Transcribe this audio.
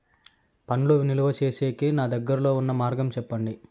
పండ్లు నిలువ సేసేకి నాకు దగ్గర్లో ఉన్న మార్గం చెప్పండి?